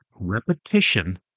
repetition